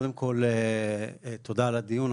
קודם כל תודה על הדיון,